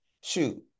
Shoot